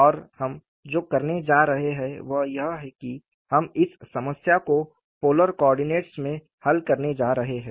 और हम जो करने जा रहे हैं वह यह है कि हम इस समस्या को पोलर कोऑर्डिनेट्स में हल करने जा रहे हैं